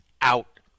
out